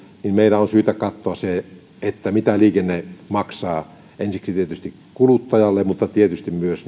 niin meidän on syytä katsoa se mitä liikenne maksaa ensiksi tietysti kuluttajalle mutta tietysti myös